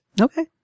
Okay